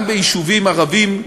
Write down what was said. גם ביישובים ערביים,